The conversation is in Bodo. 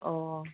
अ